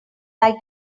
like